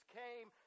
came